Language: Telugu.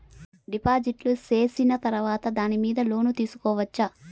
డిపాజిట్లు సేసిన తర్వాత దాని మీద లోను తీసుకోవచ్చా?